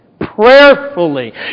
prayerfully